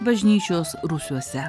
bažnyčios rūsiuose